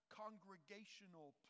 congregational